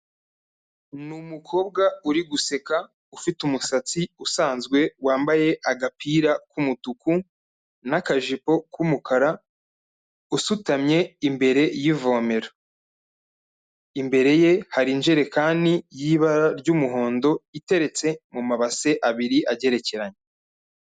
Ni umukobwa uri guseka ufite umusatsi usanzwe wambaye agapira k'umutuku n'akajipo k'umukara usutamye imbere y'ivomero, imbere ye hari injerekani y'ibara ry'umuhondo iteretse mu mabase abiri agerekeranye.